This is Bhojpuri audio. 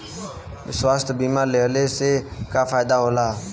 स्वास्थ्य बीमा लेहले से का फायदा होला?